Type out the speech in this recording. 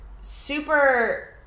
super